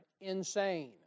insane